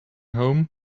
home